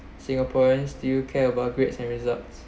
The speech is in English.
singaporeans still care about grades and results